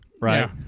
right